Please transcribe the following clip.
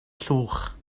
llwch